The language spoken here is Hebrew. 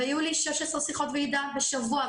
והיו לי 16 שיחות ועידה בשבוע,